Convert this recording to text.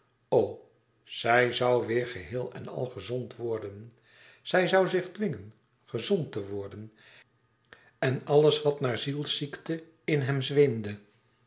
zij zoû weêr geheel en al gezond worden zij zoû zich dwingen gezond te worden en alles wat naar zielsziekte in hèm zweemde